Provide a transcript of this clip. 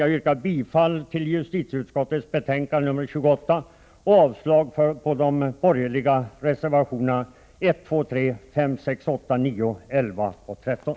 Jag yrkar bifall till justitieutskottets hemställan i dess betänkande nr 28 och avslag på de borgerliga reservationerna 1, 2, 3, 5, 6, 8, 9, 11 och 13.